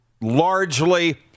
largely